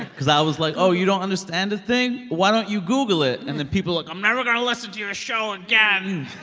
because i was like oh, you don't understand a thing? why don't you google it? and then people were like, i'm never going to listen to your show again